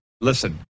listen